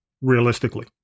Realistically